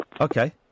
Okay